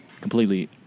completely